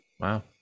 Wow